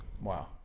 Wow